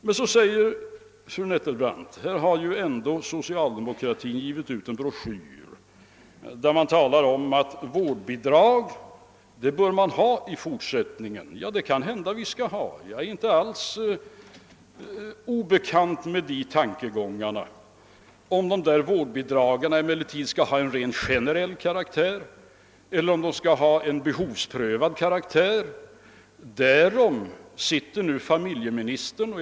Men så säger fru Nettelbrandt: Socialdemokratin har ju ändå givit ut en broschyr där man talar om att vårdbidrag bör utgå i fortsättningen. Ja, vi kanske skall ha sådana bidrag — jag är inte alls obekant med de tankegångarna. Familjeministern funderar emellertid för närvarande på om dessa bidrag skall ha en generell karaktär eller vara behovsprövade.